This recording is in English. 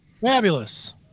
Fabulous